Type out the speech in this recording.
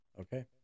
Okay